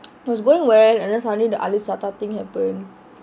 was going well and then suddenly the alif satar thing happen